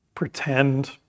pretend